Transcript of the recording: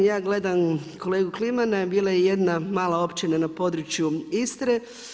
Ja gledam kolegu Klimana, bila je jedna mala općina na području Istre.